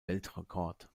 weltrekord